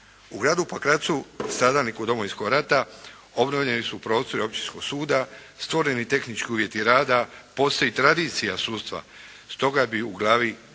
U gradu Pakracu, stradalniku Domovinskog rata, obnovljeni su prostori Općinskog suda, stvoreni tehnički uvjeti rada, postoji tradicija sudstva, stoga bi u glavi 7.